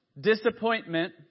disappointment